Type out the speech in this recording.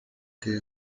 que